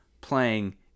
playing